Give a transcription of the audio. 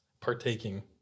partaking